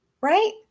right